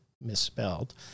misspelled